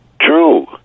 true